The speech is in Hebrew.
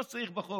כמו שצריך בחוק,